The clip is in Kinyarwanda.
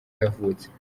yavutse